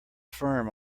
firm